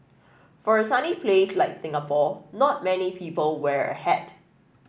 for a sunny place like Singapore not many people wear a hat